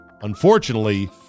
Unfortunately